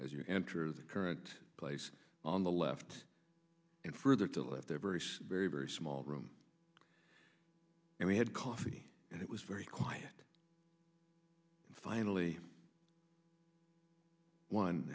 as you enter the current place on the left and further to if their very very very small room and we had coffee and it was very quiet finally